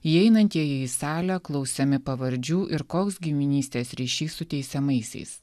įeinantieji į salę klausiami pavardžių ir koks giminystės ryšys su teisiamaisiais